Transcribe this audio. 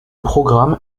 programme